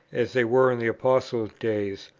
as they were in the apostles' days,